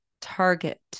target